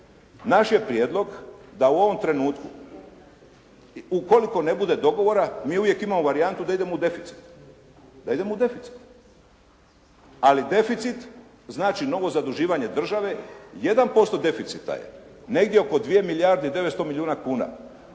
naš je prijedlog da u ovom trenutku ukoliko ne bude dogovora, mi uvijek imamo varijantu da idemo u deficit. Da idemo u deficit. Ali deficit znači novo zaduživanje države 1% deficita je negdje oko 2 milijarde i 900 milijuna kuna.